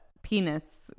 penis